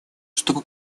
чтобы